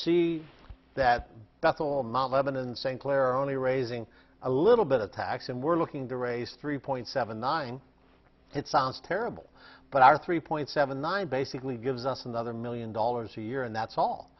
see that the full amount lebanon st clair only raising a little bit a tax and we're looking to raise three point seven nine it sounds terrible but our three point seven nine basically gives us another million dollars a year and that's all